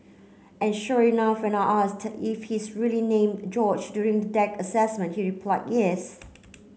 and sure enough when I asked if he's really named George during the deck assessment he replied yes